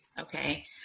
Okay